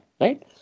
right